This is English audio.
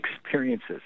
experiences